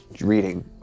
reading